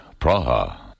Praha